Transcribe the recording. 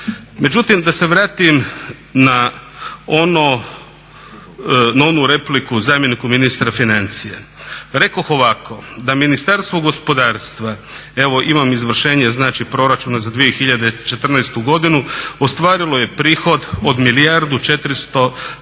Međutim, da se vratim na onu repliku zamjeniku ministra financija, rekoh ovako da Ministarstvo gospodarstva, evo imam izvršenje znači proračuna za 2014.godinu ostvarilo je prihod od 1 milijardu 454 milijuna